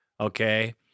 okay